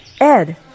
Ed